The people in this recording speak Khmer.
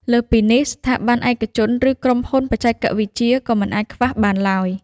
លើសពីនេះ ស្ថាប័នឯកជន ឬក្រុមហ៊ុនបច្ចេកវិទ្យាក៏មិនអាចខ្វះបានឡើយ។